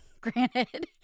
granted